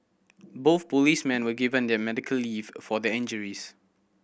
both policemen were given the medical leave for their injuries